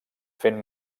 fent